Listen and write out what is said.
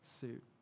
suit